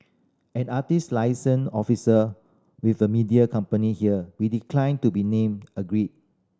an artist liaison officer with a media company here we declined to be named agreed